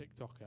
TikToker